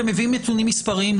אתם מביאים נתונים מספריים,